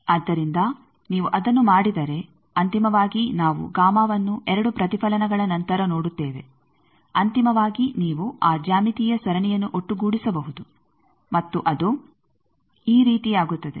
ಆದ್ದರಿಂದ ನೀವು ಅದನ್ನು ಮಾಡಿದರೆ ಅಂತಿಮವಾಗಿ ನಾವು ವನ್ನು ಎರಡು ಪ್ರತಿಫಲನಗಳ ನಂತರ ನೋಡುತ್ತೇವೆ ಅಂತಿಮವಾಗಿ ನೀವು ಆ ಜ್ಯಾಮಿತೀಯ ಸರಣಿಯನ್ನು ಒಟ್ಟುಗೂಡಿಸಬಹುದು ಮತ್ತು ಅದು ಈ ರೀತಿಯಾಗುತ್ತದೆ